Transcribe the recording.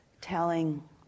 telling